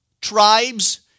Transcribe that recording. tribes